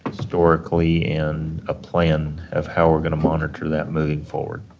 historically, and a plan of how we're going to monitor that moving forward.